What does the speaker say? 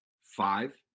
five